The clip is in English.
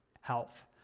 health